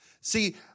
See